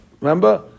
Remember